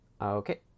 Okay